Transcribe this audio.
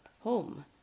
home